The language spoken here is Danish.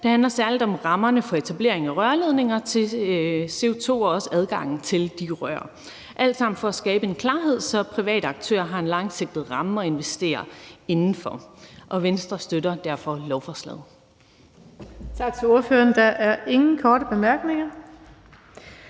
Det handler særlig om rammerne for etablering af rørledninger til CO2 og også adgangen til de rør. Det er alt sammen for at skabe en klarhed, så private aktører har en langsigtet ramme at investere inden for. Venstre støtter derfor lovforslaget.